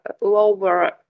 lower